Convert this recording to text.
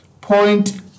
point